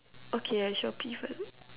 okay I shall pee first